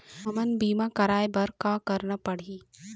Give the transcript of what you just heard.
हमन बीमा कराये बर का करना पड़ही?